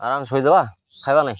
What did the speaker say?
ଆରାମ ଶୋଇବା ଖାଇବାନି